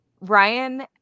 Ryan